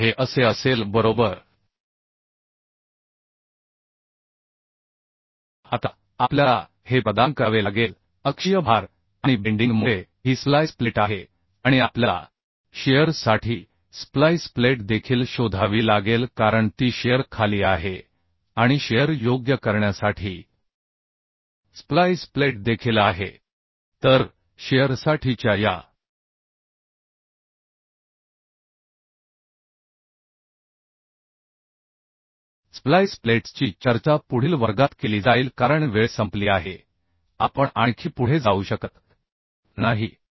तर हे असे असेल बरोबर आता आपल्याला हे प्रदान करावे लागेल अक्षीय भार आणि वाकण्यामुळे ही स्प्लाइस प्लेट आहे आणि आपल्याला शिअर साठी स्प्लाइस प्लेट देखील शोधावी लागेल कारण ती शिअर खाली आहे आणि शिअर योग्य करण्यासाठी स्प्लाइस प्लेट देखील आहे तर शिअरसाठीच्या या स्प्लाइस प्लेट्सची चर्चा पुढील वर्गात केली जाईल कारण वेळ संपली आहे आपण आणखी पुढे जाऊ शकत नाही